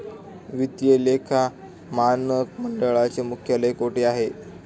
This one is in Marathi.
वित्तीय लेखा मानक मंडळाचे मुख्यालय कोठे आहे?